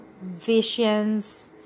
visions